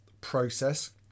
process